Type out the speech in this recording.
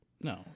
No